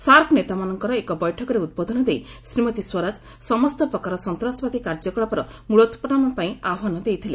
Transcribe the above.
SAARC ନେତାମାନଙ୍କର ଏକ ବୈଠକରେ ଉଦ୍ବୋଧନ ଦେଇ ଶ୍ରୀମତୀ ସ୍ୱରାଜ ସମସ୍ତ ପ୍ରକାର ସନ୍ତ୍ରାସବାଦୀ କାର୍ଯ୍ୟକଳାପର ମୁଳୋତ୍ପାଟନପାଇଁ ଆହ୍ୱାନ ଦେଇଥିଲେ